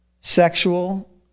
Sexual